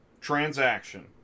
transaction